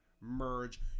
merge